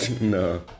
No